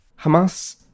Hamas